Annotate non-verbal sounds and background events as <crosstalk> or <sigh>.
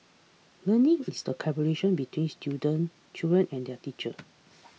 learning is a collaboration between student children and their teachers <noise>